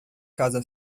casa